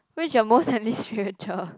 which your most spiritual